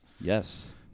Yes